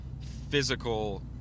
physical